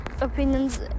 opinions